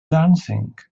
dancing